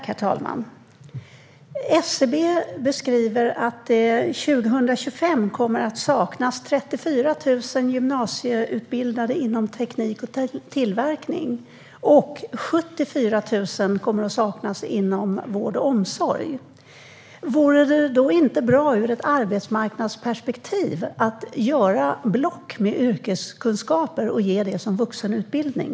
Herr talman! SCB beskriver att det år 2025 kommer att saknas 34 000 gymnasieutbildade inom teknik och tillverkning och 74 000 inom vård och omsorg. Vore det då inte bra ur arbetsmarknadsperspektiv att göra block med yrkeskunskaper och ge det som vuxenutbildning?